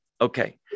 Okay